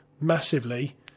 massively